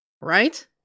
Right